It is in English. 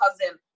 cousin